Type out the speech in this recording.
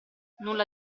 nulla